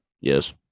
Yes